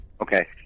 okay